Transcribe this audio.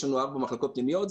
יש לנו ארבע מחלקות פנימיות,